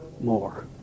more